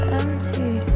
empty